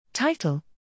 Title